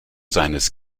seines